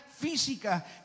física